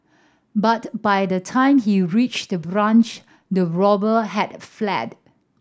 but by the time he reached the branch the robber had fled